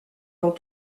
dans